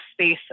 space